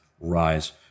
rise